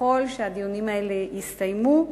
וככל שהדיונים האלה יסתיימו,